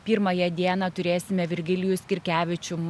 pirmąją dieną turėsime virgilijų skirkevičių